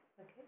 Okay